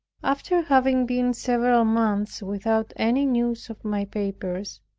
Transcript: after having been several months without any news of my papers,